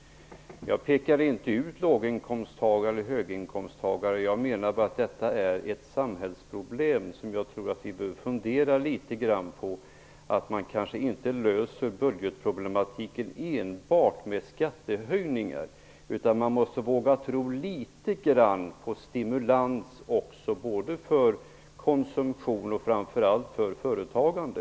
Jag pekade inte ut låginkomsttagare eller höginkomsttagare. Jag menar bara att detta är ett samhällsproblem som jag tror att vi behöver fundera litet grand på. Man löser kanske inte budgetproblemen enbart med skattehöjningar. Man måste våga tro litet grand på stimulans också, både för konsumtion och framför allt för företagande.